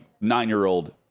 nine-year-old